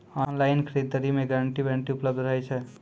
Online खरीद दरी मे गारंटी वारंटी उपलब्ध रहे छै?